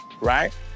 right